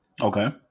okay